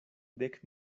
dek